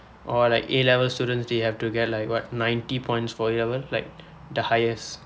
or like A level students they have to get like what ninety points for A levels like the highest